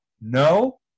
No